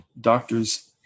doctors